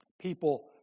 People